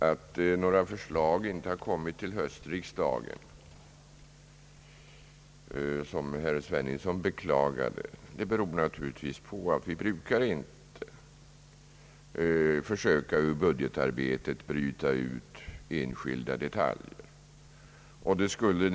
Att några förslag i den riktningen inte kommit till höstriksdagen, vilket herr Sveningsson beklagar, beror naturligtvis på att vi inte brukar försöka bryta ut enskilda detaljer ur budgetarbetet.